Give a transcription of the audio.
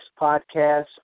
podcast